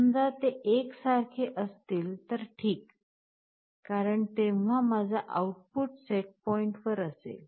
समजा ते एक सारखे असतील तर ठीक कारण तेव्हा माझा आउटपुट सेंटपॉइन्ट वर असेल